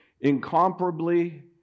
incomparably